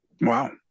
Wow